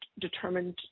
determined